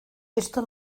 esto